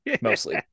mostly